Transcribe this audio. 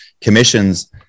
commissions